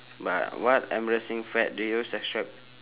but what embarrassing fad did you subscribe